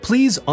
Please